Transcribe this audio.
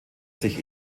sich